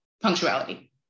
punctuality